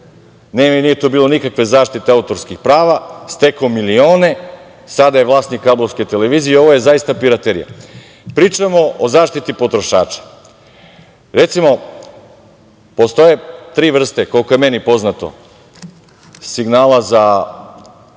kasete, nije tu bilo nikakve zaštite autorskih prava, stekao milione. Sada je vlasnik kablovske televizije. Ovo je zaista piraterija. Pričamo o zaštiti potrošača. Recimo, postoje tri vrste, koliko je meni poznato, signala za